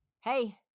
Hey